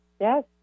Yes